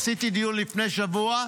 עשיתי דיון לפני שבוע.